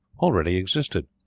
already existed.